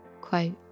quote